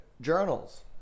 journals